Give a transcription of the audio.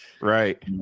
Right